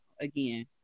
again